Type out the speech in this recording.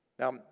Now